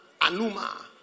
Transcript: anuma